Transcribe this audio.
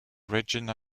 regina